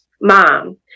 mom